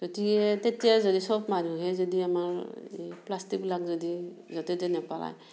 গতিকে তেতিয়া যদি চব মানুহে যদি আমাৰ এই প্লাষ্টিকবিলাক যদি য'তে ত'তে নেপেলায়